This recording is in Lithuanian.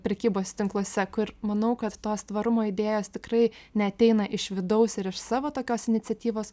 prekybos tinkluose kur manau kad tos tvarumo idėjos tikrai neateina iš vidaus ir iš savo tokios iniciatyvos